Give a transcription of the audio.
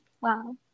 Wow